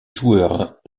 joueurs